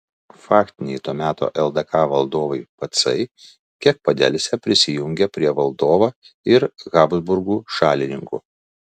faktiniai to meto ldk valdovai pacai kiek padelsę prisijungė prie valdovo ir habsburgų šalininkų